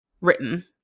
written